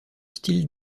style